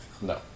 No